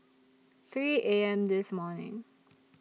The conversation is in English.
three A M This morning